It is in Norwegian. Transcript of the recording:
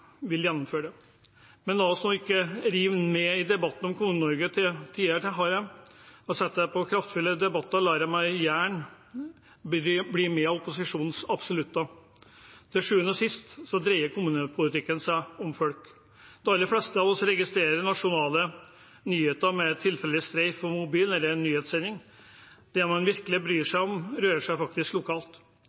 vil gjennomføre det. Men la oss nå ikke rives med i debatten om Kommune-Norge – til tider har jeg selv gjort det, og setter jeg på kraftfulle debatter, lar jeg meg gjerne bevege av opposisjonens absolutter. Til sjuende og sist dreier kommunepolitikken seg om folk. De aller fleste av oss registrerer nasjonale nyheter med et tilfeldig streif på mobilen eller en nyhetssending. Det man virkelig bryr seg om, rører seg faktisk lokalt,